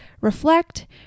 reflect